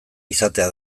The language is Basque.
izatea